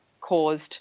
caused